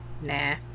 Nah